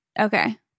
Okay